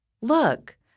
Look